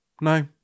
No